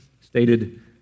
stated